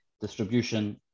distribution